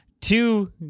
Two